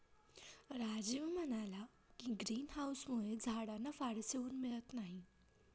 राजीव म्हणाला की, ग्रीन हाउसमुळे झाडांना फारसे ऊन मिळत नाही